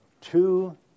two